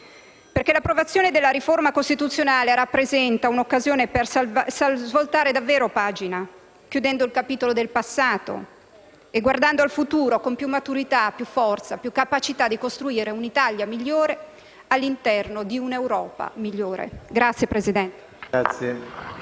loro. L'approvazione di questa riforma rappresenta un'occasione per svoltare davvero pagina, chiudendo il capitolo del passato e guardando al futuro con più maturità, forza e capacità di costruire un'Italia migliore all'interno di un'Europa migliore. PRESIDENTE.